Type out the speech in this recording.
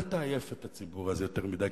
אל תעייף את הציבור הזה יותר מדי,